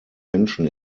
menschen